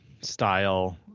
style